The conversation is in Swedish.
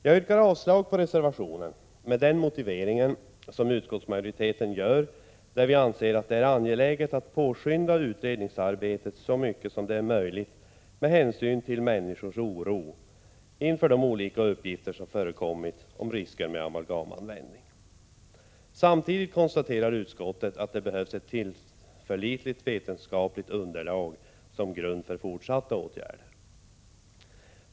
Jag yrkar avslag på reservationen med den motivering utskottsmajoriteten anför. Utskottet framhåller att det är angeläget att påskynda utredningsarbetet så mycket som möjligt med hänsyn till människors oro inför de olika uppgifter som förekommit om risker med amalgamanvändning. Samtidigt konstaterar utskottet att det behövs ett tillförlitligt vetenskapligt underlag som grund för fortsatta åtgärder.